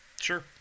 Sure